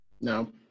No